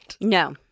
No